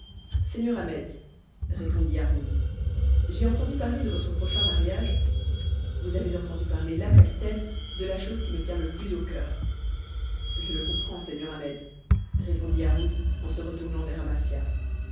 seigneur ahmet répondit yarhud j'ai entendu parler de votre prochain mariage vous avez entendu parler là capitaine de la chose qui me tient le plus au coeur je le comprends seigneur ahmet répondit yarhud en se retournant vers amasia